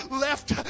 left